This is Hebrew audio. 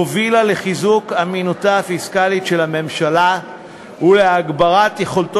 הובילה לחיזוק אמינותה הפיסקלית של הממשלה ולהגברת יכולתו